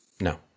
no